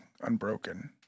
Unbroken